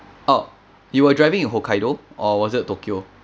oh you are driving in hokkaido or was it tokyo